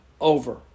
over